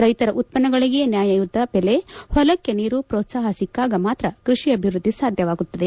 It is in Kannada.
ರೈತರ ಉತ್ಪನ್ನಗಳಿಗೆ ನ್ಯಾಯಯುತ ಬೆಲೆ ಹೊಲಕ್ಕೆ ನೀರು ಪೋತ್ಸಾಪ ಸಿಕ್ಕಾಗ ಮಾತ್ರ ಕೃಷಿ ಅಭಿವೃದ್ದಿ ಸಾಧ್ಯವಾಗುತ್ತದೆ